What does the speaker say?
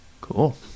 Cool